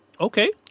Okay